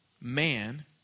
man